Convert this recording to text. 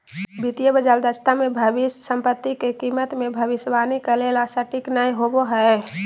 वित्तीय बाजार दक्षता मे भविष्य सम्पत्ति के कीमत मे भविष्यवाणी करे ला सटीक नय होवो हय